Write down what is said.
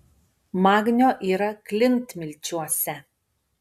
magnio yra klintmilčiuose